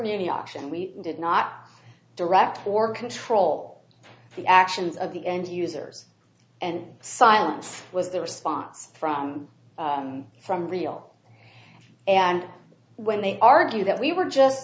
muni auction we did not direct or control the actions of the end users and silence was the response from from real and when they argue that we were just